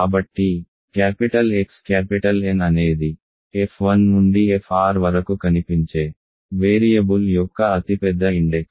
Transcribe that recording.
కాబట్టి capital X capital N అనేది f1 నుండి fr వరకు కనిపించే వేరియబుల్ యొక్క అతిపెద్ద ఇండెక్స్